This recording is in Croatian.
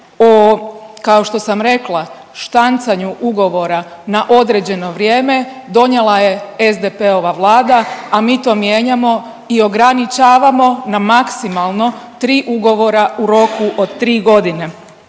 štancanju ugovora na određeno vrijeme donijela je SDP-ova vlada, a mi to mijenjamo i ograničavamo na maksimalno 3 ugovora u roku od 3.g..